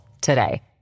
today